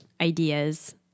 ideas